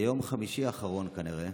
ביום חמישי האחרון, כנראה,